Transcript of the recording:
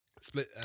split